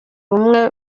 ubumwe